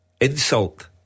insult